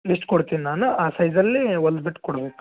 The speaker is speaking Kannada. ಲಿಸ್ಟ್ ಕೊಡ್ತೀನಿ ನಾನು ಆ ಸೈಜ್ಲ್ಲೀ ಹೊಲ್ದು ಬಿಟ್ಟು ಕೊಡ್ಬೇಕು